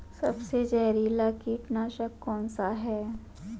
सबसे जहरीला कीटनाशक कौन सा है?